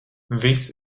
viss